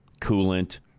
coolant